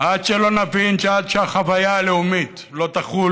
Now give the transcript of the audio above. עד שלא נבין שעד שהחוויה הלאומית לא תחול